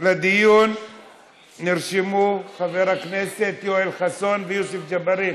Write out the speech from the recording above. לדיון נרשמו חברי הכנסת יואל חסון ויוסף ג'בארין.